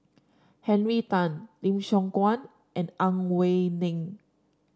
Henry Tan Lim Siong Guan and Ang Wei Neng